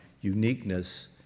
uniqueness